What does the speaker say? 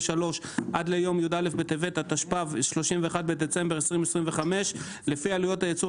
עד יום י"א בטבת התשפ"ו (31 בדצמבר 2025) לפי עלויות הייצור